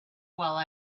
while